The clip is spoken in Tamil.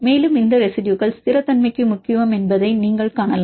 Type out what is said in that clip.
மேலும் இந்த ரெசிடுயுகள் ஸ்திரத்தன்மைக்கு முக்கியம் என்பதை நீங்கள் காணலாம்